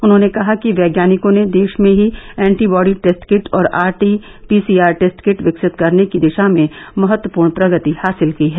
उन्होंने कहा कि वैज्ञानिकों ने देश में ही एटीबॉडी टेस्ट किट और R T PCR test kit विकसित करने की दिशा में महत्वपूर्ण प्रगति हासिल की है